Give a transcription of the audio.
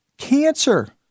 Cancer